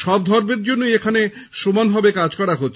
সব ধর্মের জন্যই এখানে সমানভাবেই কাজ করা হচ্ছে